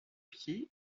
pied